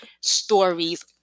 stories